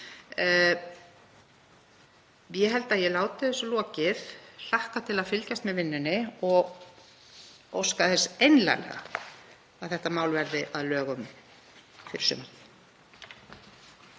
Ég held að ég láti þessu lokið. Ég hlakka til að fylgjast með vinnunni og óska þess einlæglega að þetta mál verði að lögum fyrir sumarið.